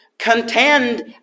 Contend